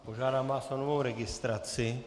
Požádám vás o novou registraci.